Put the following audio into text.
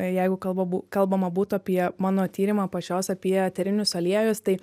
jeigu kalba bū kalbama būtų apie mano tyrimą pačios apie eterinius aliejus tai